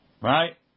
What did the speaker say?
right